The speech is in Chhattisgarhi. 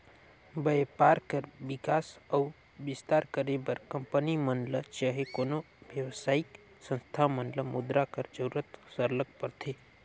बयपार कर बिकास अउ बिस्तार करे बर कंपनी मन ल चहे कोनो बेवसायिक संस्था मन ल मुद्रा कर जरूरत सरलग परथे